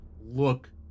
look